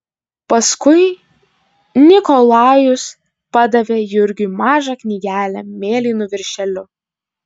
paskui nikolajus padavė jurgiui mažą knygelę mėlynu viršeliu